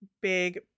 big